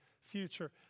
future